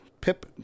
Pip